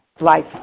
life